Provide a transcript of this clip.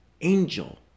angel